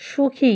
সুখী